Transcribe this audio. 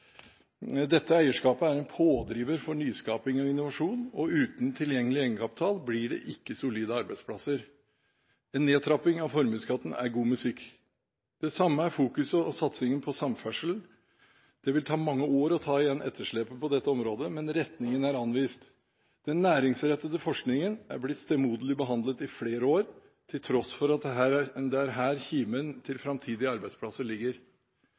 Dette eierskapet er en pådriver for nyskaping og innovasjon, og uten tilgjengelig egenkapital blir det ikke solide arbeidsplasser. En nedtrapping av formuesskatten er god musikk. Det samme er fokuseringen og satsingen på samferdsel. Det vil ta mange år å ta igjen etterslepet på dette området, men retningen er anvist. Den næringsrettede forskningen er blitt stemoderlig behandlet i flere år, til tross for at det er her kimen til framtidige arbeidsplasser ligger.